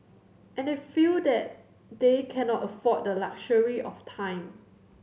and they feel that they cannot afford the luxury of time